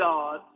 God